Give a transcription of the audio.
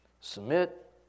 Submit